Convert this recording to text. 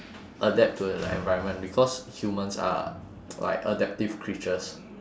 adapt to the environment because humans are like adaptive creatures